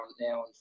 now